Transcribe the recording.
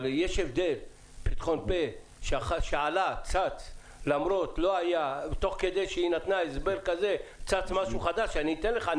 אם יש פתחון פה שצץ תוך כדי שניתן הסבר חדש אני אתן לך,